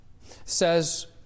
says